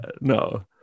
no